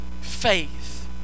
faith